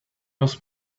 was